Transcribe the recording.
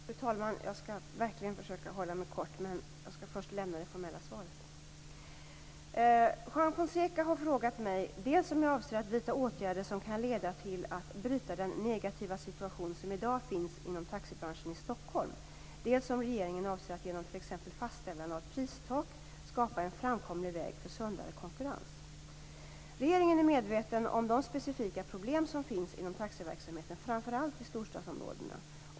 Fru talman! Jag skall verkligen försöka hålla mig kort, men jag skall först lämna det formella svaret. Juan Fonseca har frågat mig dels om jag avser att vidta åtgärder som kan leda till att man bryter den negativa situation som i dag finns inom taxibranschen i Stockholm, dels om regeringen avser att genom t.ex. fastställande av pristak skapa en framkomlig väg för sundare konkurrens. Regeringen är medveten om de specifika problem som finns inom taxiverksamheten framför allt i storstadsområdena.